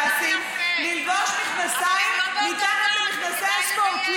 במד"סים ללבוש מכנסיים מתחת למכנסי הספורט?